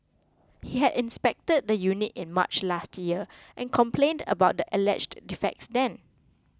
he had inspected the unit in March last year and complained about the alleged defects then